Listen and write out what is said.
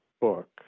book